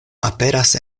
aperas